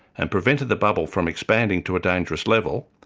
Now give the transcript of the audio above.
and prevented the bubble from expanding to a dangerous level,